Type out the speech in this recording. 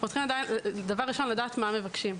אנחנו צריכים דבר ראשון לדעת מה מבקשים,